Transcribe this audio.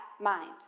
mind